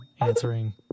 answering